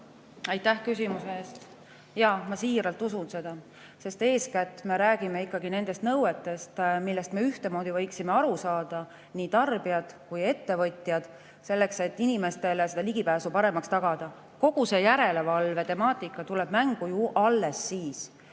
Aitäh küsimuse eest! Jaa, ma siiralt usun seda. Eeskätt me räägime ikkagi nendest nõuetest, millest me ühtemoodi võiksime aru saada, nii tarbijad kui ettevõtjad. [Need on] selleks, et inimeste ligipääs paremaks muuta. Kogu see järelevalvetemaatika tuleb mängu alles siis,